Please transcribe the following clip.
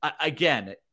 Again